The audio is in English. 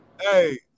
Hey